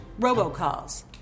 robocalls